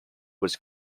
was